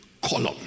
column